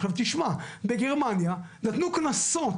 בגרמניה נתנו קנסות.